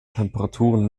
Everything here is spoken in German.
temperaturen